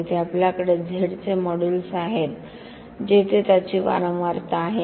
येथे आपल्याकडे Z चे मॉड्यूलस आहे जेथे त्याची वारंवारता आहे